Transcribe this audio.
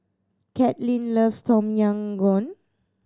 Katlynn loves Tom Yam Goong